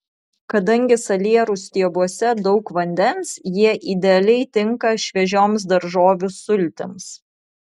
kadangi salierų stiebuose daug vandens jie idealiai tinka šviežioms daržovių sultims